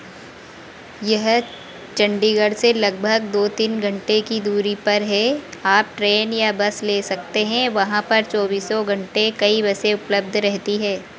यह चंडीगढ़ से लगभग दो तीन घंटे की दूरी पर है आप ट्रेन या बस ले सकते हैं वहाँ पर चौबीसों घंटे कई बसें उपलब्ध रहती हैं